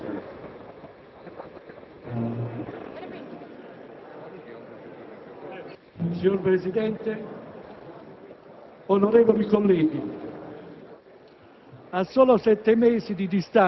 Signor Presidente, onorevoli colleghi,